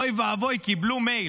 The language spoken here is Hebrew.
אוי ואבוי, קיבלו מייל.